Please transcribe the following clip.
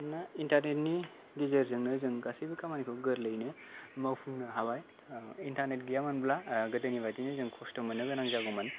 बिदिनो इन्टारनेटनि गेजेरजोंनो जों गासैबो खामानिखौ गोरलैयैनो मावफुंनो हाबाय इन्टारनेट गैयामोनब्ला बिदिनो जों खस्थ' मोननो गोनां जागौमोन